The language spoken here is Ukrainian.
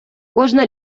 кожна